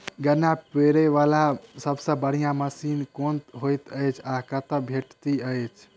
गन्ना पिरोबै वला सबसँ बढ़िया मशीन केँ होइत अछि आ कतह भेटति अछि?